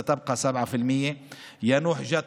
יישאר 7%; יאנוח-ג'ת,